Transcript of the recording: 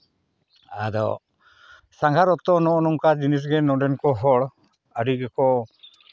ᱟᱫᱚ ᱥᱟᱸᱜᱷᱟᱨ ᱚᱠᱛᱚ ᱱᱚᱜᱼᱚ ᱱᱚᱝᱠᱟ ᱡᱤᱱᱤᱥ ᱜᱮ ᱱᱚᱰᱮᱱ ᱠᱚ ᱦᱚᱲ ᱟᱹᱰᱤ ᱜᱮᱠᱚ